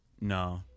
No